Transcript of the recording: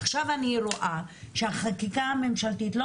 עכשיו אני רואה שהחקיקה הממשלתית לא